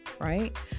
right